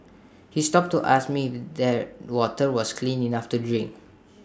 he stopped to ask me that water was clean enough to drink